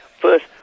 First